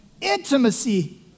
Intimacy